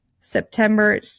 september